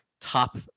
top